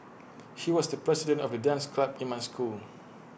he was the president of the dance club in my school